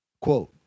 Quote